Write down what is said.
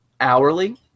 hourly